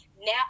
now